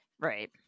Right